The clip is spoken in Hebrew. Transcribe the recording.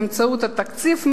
באמצעות התקציב המאוזן,